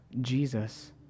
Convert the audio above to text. Jesus